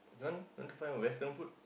you want want to find western food